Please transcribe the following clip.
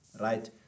right